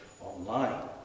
online